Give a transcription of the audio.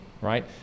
right